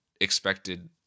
expected